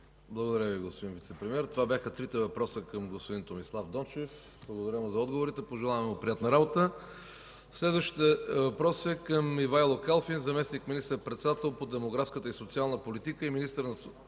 Благодаря Ви, господин Вицепремиер. Това бяха трите въпроса към господин Томислав Дончев. Благодаря му за отговорите. Пожелаваме му приятна работа. Следващият въпрос е към Ивайло Калфин – заместник министър-председател по демографската и социалната политика и министър на